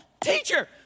Teacher